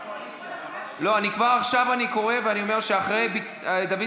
אני כבר עכשיו קורא ואני אומר שאחרי דוד